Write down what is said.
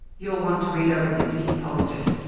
you'll want to read everything to keep posted.